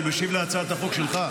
אני משיב על הצעת החוק שלך,